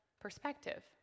perspective